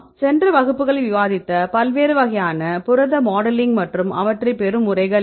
சென்ற வகுப்புகளில் விவாதித்த பல்வேறு வகையான புரத மாடலிங் மற்றும் அவற்றை பெறும் முறைகள் என்ன